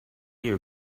your